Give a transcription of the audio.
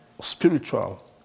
spiritual